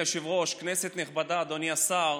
אדוני היושב-ראש, כנסת נכבדה, אדוני השר,